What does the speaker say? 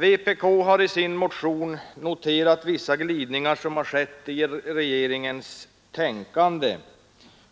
Vpk har i sin motion noterat vissa glidningar som skett i regeringens tänkande